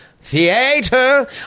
Theater